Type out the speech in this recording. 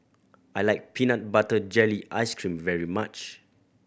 I like peanut butter jelly ice cream very much